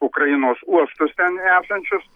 ukrainos uostus ten esančius